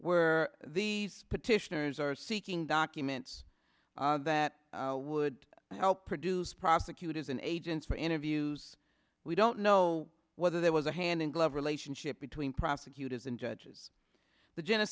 where these petitioners are seeking documents that would help produce prosecutors and agents for interviews we don't know whether there was a hand in glove relationship between prosecutors and judges the